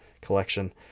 collection